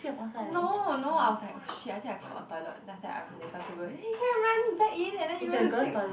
no no I was like oh shit I think I clog a toilet then I was I'm later to go then he go and run back in and he went to take